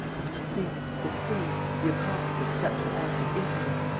only think! the state the accomplice of such an act of infamy!